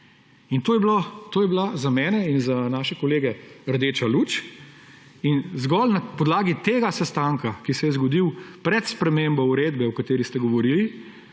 To je bila za mene ali za naše kolege rdeča luč. In zgolj na podlagi tega sestanka, ki se je zgodil pred spremembo uredbe, o kateri ste govorili,